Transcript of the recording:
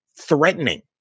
Threatening